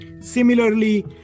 Similarly